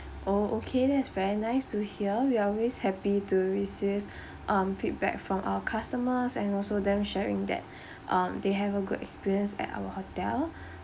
oh okay that is very nice to hear we're always happy to receive um feedback from our customers and also them sharing that um they have a good experience at our hotel